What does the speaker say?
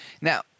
Now